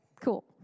Cool